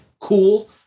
cool